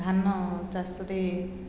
ଧାନ ଚାଷରେ